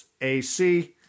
AC